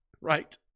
Right